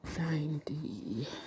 Ninety